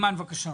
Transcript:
אימאן, בבקשה.